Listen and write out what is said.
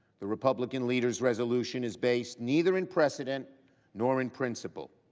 the republican leader's resolution is based, neither in precedent nor in principle.